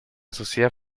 sociedad